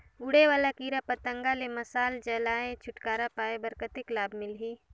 उड़े वाला कीरा पतंगा ले मशाल जलाय के छुटकारा पाय बर कतेक लाभ मिलही?